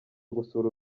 gusura